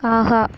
ஆஹா